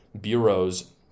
bureaus